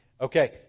Okay